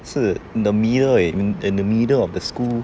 是 in the middle eh in the middle of the school